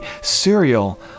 cereal